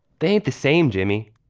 they had the same jimmy.